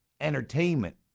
entertainment